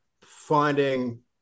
finding